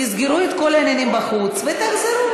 תסגרו את כל העניינים בחוץ ותחזרו.